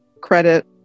credit